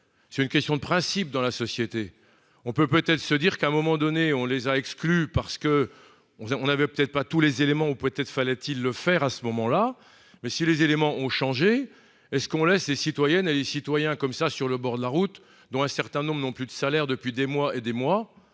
c'est une question de principe dans la société, on peut peut-être se dire qu'à un moment donné, on les a exclus parce que on avait peut-être pas tous les éléments ont prêté de : fallait-il le faire à ce moment-là, mais si les éléments ont changé et ce qu'on laisse les citoyennes et les citoyens comme ça sur le bord de la route, dont un certain nombre de non plus de salaire depuis des mois et des mois